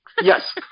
Yes